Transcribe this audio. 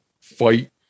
fight